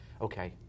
okay